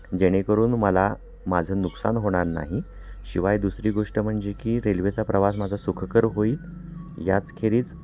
जेणेकरून मला माझं नुकसान होणार नाही शिवाय दुसरी गोष्ट म्हणजे की रेल्वेचा प्रवास माझा सुखकर होईल याच खेरीज